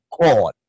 God